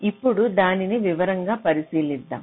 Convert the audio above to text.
ఇప్పుడు దానిని వివరంగా పరిశీలిద్దాం